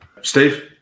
Steve